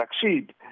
succeed